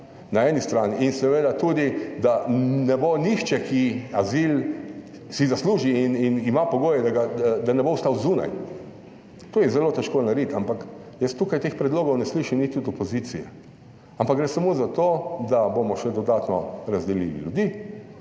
na eni strani in seveda tudi, da ne bo nihče, ki azil si zasluži in ima pogoje, da ga, da ne bo ostal zunaj. To je zelo težko narediti, ampak, jaz tukaj teh predlogov ne slišim niti od opozicije, ampak gre samo za to, da bomo še dodatno razdelili ljudi,